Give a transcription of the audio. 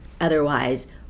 Otherwise